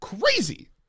Crazy